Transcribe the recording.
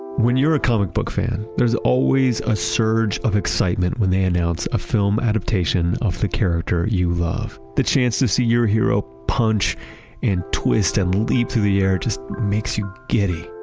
when you're a comic book fan. there's always a surge of excitement when they announce a film adaptation of the character you love. the chance to see your hero punch and twist and leap through the air just makes you giddy.